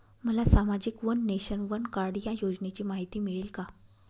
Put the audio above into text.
मला सामाजिक one nation, one card या योजनेची माहिती मिळेल का?